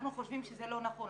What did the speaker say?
אנחנו חושבים שזה לא נכון.